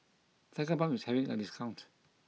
Tigerbalm is having a discount